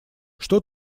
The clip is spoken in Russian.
что